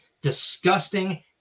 disgusting